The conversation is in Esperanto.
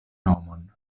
nomon